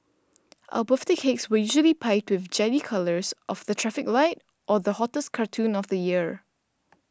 our birthday cakes were usually piped with jelly colours of the traffic light or the hottest cartoon of the year